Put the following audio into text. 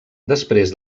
després